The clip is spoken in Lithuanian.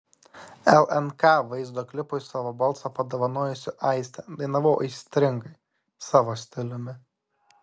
lnk vaizdo klipui savo balsą padovanojusi aistė dainavau aistringai savo stiliumi